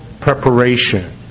preparation